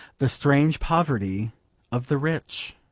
the strange poverty of the rich.